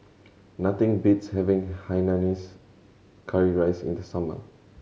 nothing beats having hainanese curry rice in the summer